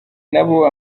nabo